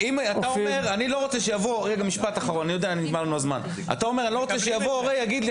אתה אומר שאתה לא רוצה שיבוא הורה ויגיד שהוא